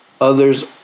others